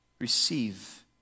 receive